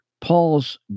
Paul's